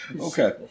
Okay